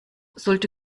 sollte